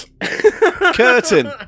Curtain